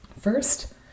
First